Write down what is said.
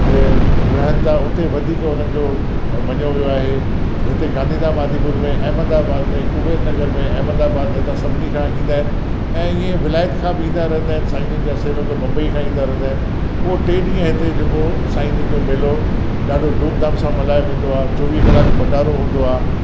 रहनि था उते वधीक उन्हनि जो मञियो वियो आहे हिते गांधीधाम आदिपुर में अहमदाबाद में कुबेर नगर में अहमदाबाद हितां सभिनी खां ईंदा आहिनि ऐं ईअं विलायत खां बि ईंदा रहंदा आहिनि साईं जन जा सेवक बम्बई खां ईंदा रहंदा आहिनि पोइ टे ॾींहं हिते जेको साईं जन जो मेलो ॾाढो धूमधाम सां मल्हायो वेंदो आहे चोवीह कलाक भंडारो हूंदो आहे